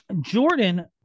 jordan